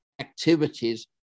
activities